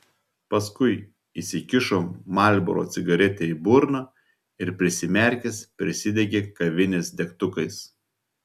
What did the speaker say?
paskui įsikišo marlboro cigaretę į burną ir prisimerkęs prisidegė kavinės degtukais